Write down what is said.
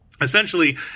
Essentially